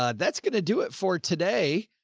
ah that's going to do it for today.